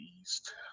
East